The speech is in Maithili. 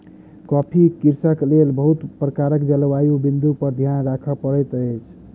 कॉफ़ी कृषिक लेल बहुत प्रकारक जलवायु बिंदु के ध्यान राखअ पड़ैत अछि